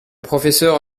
professeur